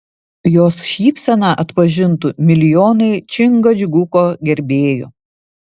jos šypseną atpažintų milijonai čingačguko gerbėjų